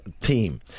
team